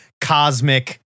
cosmic